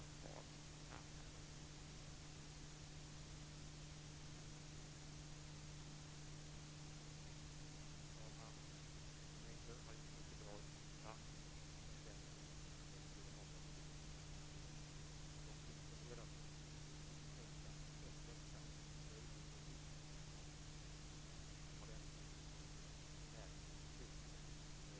Jag skall återge vad de på några punkter har framfört i en skrivelse av den 21 maj, dvs. för ett par veckor sedan. Man gör sammanfattningen att FINSAM har möjliggjort snabbare och bättre omhändertagande och vård, att patienten vinner. Man talar om aktivt handlande och vinst för alla i stället för passivt utbetalande.